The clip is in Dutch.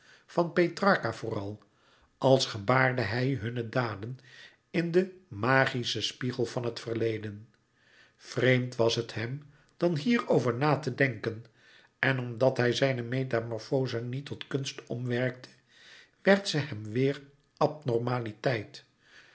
van petrarca vooral als gebaarde hij hunne daden in den magischen spiegel van het verleden vreemd was het hem dan hierlouis couperus metamorfoze over na te denken en omdat hij zijne metamorfoze niet tot kunst omwerkte werd ze hem weêr abnormaliteit